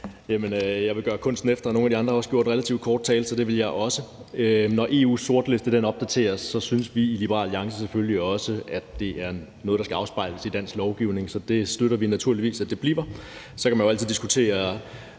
de andre kunsten efter. Nogle af de andre holdt også en relativt kort tale, så det vil jeg også. Når EU's sortliste opdateres, synes vi i Liberal Alliance selvfølgelig også at det er noget, der skal afspejles i dansk lovgivning. Så det støtter vi naturligvis at det bliver. Så kan man jo altid diskutere,